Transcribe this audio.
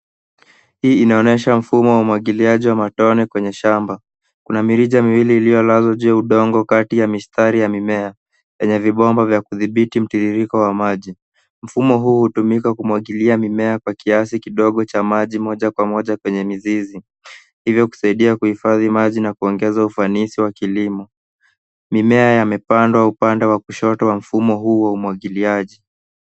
Hii inaonyesha mfumo wa uwagiliaji wa matone kwenye shamba. Kuna mirija miwili iliyolazwa juu ya udongo kati ya mistari ya mimea yenye vibomba vya kudhibiti mtiririko wa maji. Mfumo huu hutumika kumwagilia mimea kwa kiasi kidogo cha maji moja kwa moja kwenye mizizi hivyo kusaidia kuhifadhi maji na kuongeza ufanisi wa kilimo. Mimea yamepandwa upande wa kushoto wa mfumo huu wa umwagiliaji.